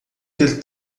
ter